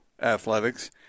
athletics